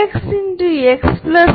எனவே நாம் இங்கே கண்டோம் Av v